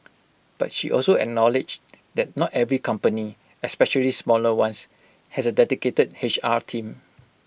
but she also acknowledged that not every company especially smaller ones has A dedicated H R team